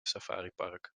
safaripark